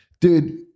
dude